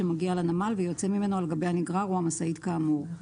שמגיע לנמל ויוצא ממנו על גבי הנגרר או המשאית כאמור.